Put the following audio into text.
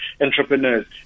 entrepreneurs